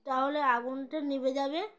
তাহলে আগুনটা নিভে যাবে